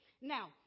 Now